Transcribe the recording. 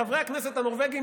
חברי הכנסת הנורבגים,